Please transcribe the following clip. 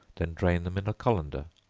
then drain them in a colander,